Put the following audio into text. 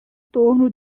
torno